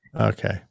Okay